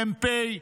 מ"פ,